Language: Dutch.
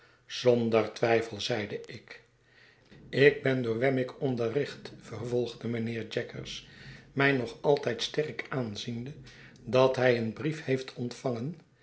zonder twijfel zeide ik ik ben door wemmick onderricht vervolgde mijnheer jaggers mij nog altijd sterk aanziende dat hij een brief heeft ontvangen